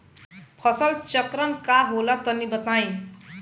फसल चक्रण का होला तनि बताई?